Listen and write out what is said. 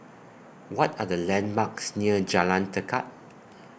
What Are The landmarks near Jalan Tekad